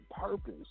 purpose